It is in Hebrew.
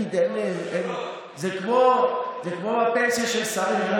זה כמו הפנסיה של שרים,